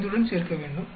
5 உடன் சேர்க்க வேண்டும்